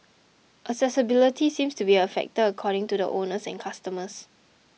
accessibility seems to be a factor according to the owners and customers